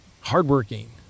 Hardworking